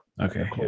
Okay